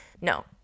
No